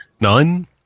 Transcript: none